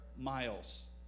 Miles